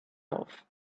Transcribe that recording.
off